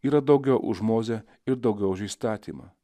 yra daugiau už mozę ir daugiau už įstatymą